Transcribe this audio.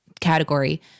category